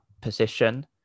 position